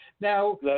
Now